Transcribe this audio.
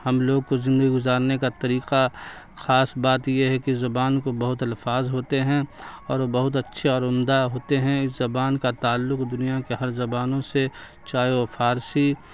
ہم لوگ کو زندگی گزارنے کا طریقہ خاص بات یہ ہے کہ زبان کو بہت الفاظ ہوتے ہیں اور بہت اچھے اور عمدہ ہوتے ہیں اس زبان کا تعلق دنیا کے ہر زبانوں سے چاہے وہ فارسی